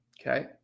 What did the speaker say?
Okay